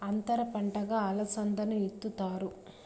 అంతర పంటగా అలసందను ఇత్తుతారు